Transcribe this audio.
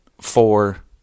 four